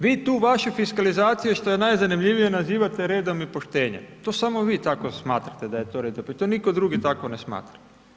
Vi tu vaše fiskalizacije što je najzanimljivije nazivate redom i poštenjem, to samo vi tako smatrate da je to red, pa to nitko drugi tako ne smatra.